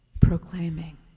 proclaiming